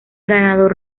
ganador